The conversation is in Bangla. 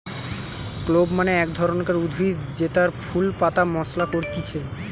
ক্লোভ মানে এক ধরণকার উদ্ভিদ জেতার ফুল পাতা মশলা করতিছে